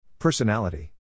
Personality